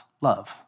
love